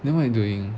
then what you doing